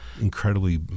incredibly